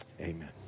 Amen